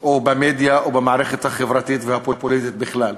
או במדיה או במערכת החברתית והפוליטית בכלל,